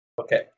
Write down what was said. Okay